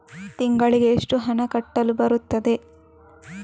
ತಿಂಗಳಿಗೆ ಎಷ್ಟು ಹಣ ಕಟ್ಟಲು ಬರುತ್ತದೆ?